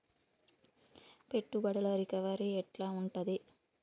పెట్టుబడుల రికవరీ ఎట్ల ఉంటది?